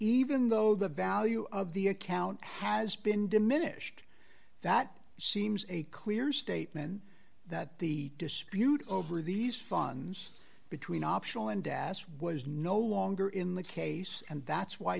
even though the value of the account has been diminished that seems a clear statement that the dispute over these funds between optional and das was no longer in the case and that's why